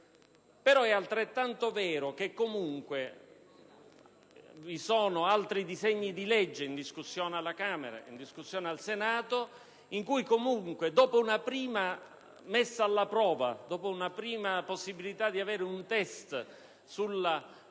è altrettanto vero che vi sono altri disegni di legge in discussione alla Camera ed al Senato in cui, comunque, dopo una prima messa alla prova, dopo una prima possibilità di test, si possono